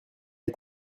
est